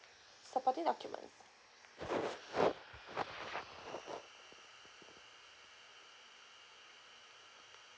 supporting document